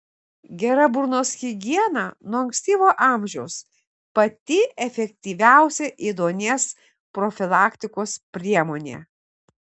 gera burnos higiena nuo ankstyvo amžiaus pati efektyviausia ėduonies profilaktikos priemonė